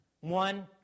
One